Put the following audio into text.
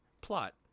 Plot